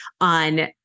on